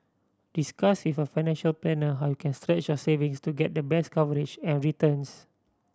discuss with a financial planner how you can stretch your savings to get the best coverage and returns